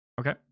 Okay